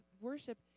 worship